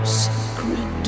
secret